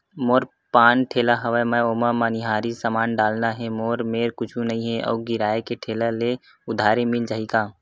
मोर पान ठेला हवय मैं ओमा मनिहारी समान डालना हे मोर मेर कुछ नई हे आऊ किराए के ठेला हे उधारी मिल जहीं का?